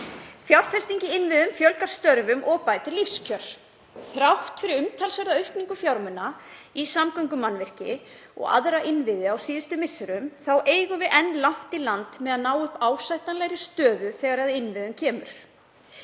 Fjárfesting í innviðum fjölgar störfum og bætir lífskjör. Þrátt fyrir umtalsverða aukningu fjármuna í samgöngumannvirki og aðra innviði á síðustu misserum þá eigum við enn langt í land með að ná ásættanlegri stöðu þegar kemur að innviðum.